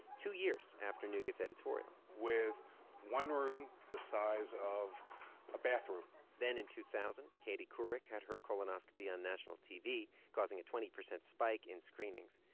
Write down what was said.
two years after neugut's editorial, with one room the size of a bathroom then in two thousand, katie couric had her colonoscopy on national tv, causing a twenty percent spike in screenings.